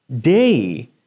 day